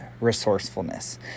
resourcefulness